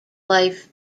life